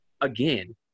again